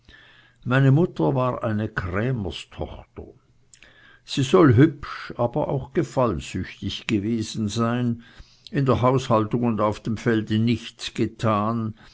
meine mutter war eine krämerstochter sie soll hübsch aber auch gefallsüchtig gewesen sein in der haushaltung und auf dem felde nichts getan